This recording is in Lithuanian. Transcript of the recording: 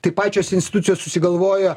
tai pačios institucijos susigalvojo